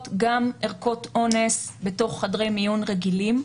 גם ערכות אונס בתוך חדרי מיון רגילים,